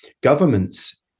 governments